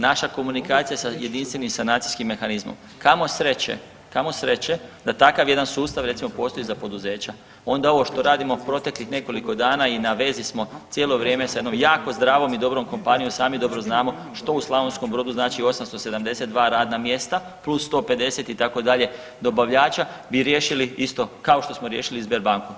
Naša komunikacija sa Jedinstvenim sanacijskim mehanizmom, kamo sreće, kamo sreće da takav jedan sustav postoji recimo za poduzeća onda ovo što radimo u proteklih nekoliko dana i na vezi smo cijelo vrijeme s jednom jako zdravom i dobrom kompanijom, sami dobro znamo što u Slavonskom Brodu znači 872 radna mjesta, plus 150 itd. dobavljača bi riješili isto kao što smo riješili Sberbanku.